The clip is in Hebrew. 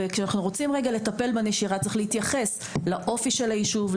וכשאנחנו רוצים לטפל בנשירה אז צריך להתייחס לאופי הישוב,